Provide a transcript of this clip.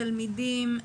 תלמידים,